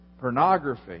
pornography